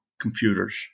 computers